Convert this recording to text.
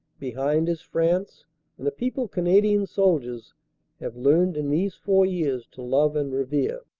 behind is france and a people canadian soldiers have learned in these four years to love and revere.